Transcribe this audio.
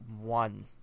One